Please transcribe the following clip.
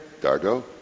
Dargo